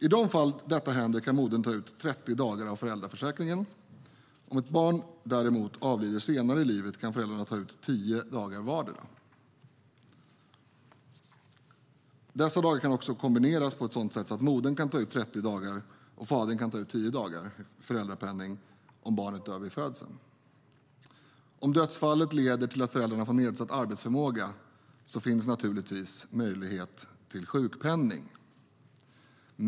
I de fall detta händer kan modern ta ut 30 dagar av föräldraförsäkringen. Om ett barn däremot avlider senare i livet kan föräldrarna ta ut tio dagar vardera. Dessa dagar kan också kombineras på ett sådant sätt att modern kan ta ut 30 dagar och fadern kan ta ut tio dagar föräldrapenning om barnet dör vid födseln. Om dödsfallet leder till att föräldrarna får nedsatt arbetsförmåga finns naturligtvis möjlighet till sjukpenning.